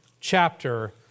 chapter